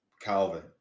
Calvin